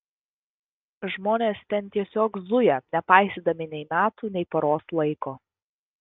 žmonės ten tiesiog zuja nepaisydami nei metų nei paros laiko